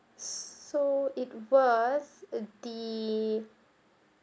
so it was the